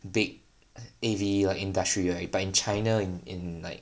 big A_V like industry right but in China in in like